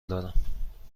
دارم